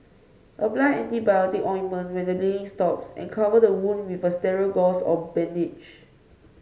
apply antibiotic ointment when the bleeding stops and cover the wound with a sterile gauze or bandage